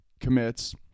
commits